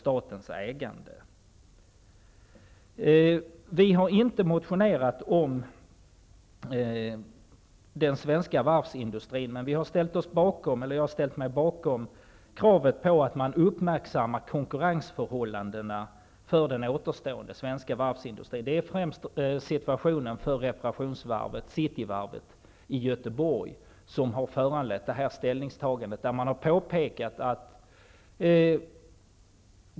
Vänsterpartiet har inte väckt motioner om den svenska varvsindustrin. Men jag har ställt mig bakom kravet på att man uppmärksammar konkurrensförhållandena för den återstående svenska varvsindustrin. Det är främst situationen för Cityvarvet i Göteborg som har föranlett det här ställningstagandet.